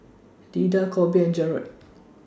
Lida Kolby and Jarod